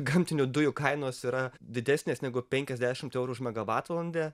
gamtinių dujų kainos yra didesnės negu penkiasdešimt eurų už megavatvalandę